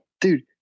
Dude